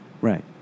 Right